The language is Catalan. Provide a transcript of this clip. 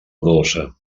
dolça